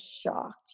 shocked